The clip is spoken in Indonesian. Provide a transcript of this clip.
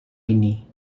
ini